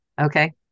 okay